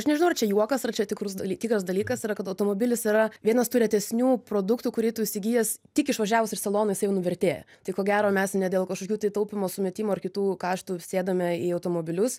aš nežinau ar čia juokas ar čia tikrus daly kitas dalykas yra kad automobilis yra vienas tų retesnių produktų kurį tu įsigijęs tik išvažiavus iš salono jisai jau nuvertėja tai ko gero mes ne dėl kažkokių tai taupymo sumetimų ar kitų kaštų sėdame į automobilius